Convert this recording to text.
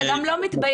אתה גם לא מתבייש,